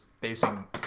facing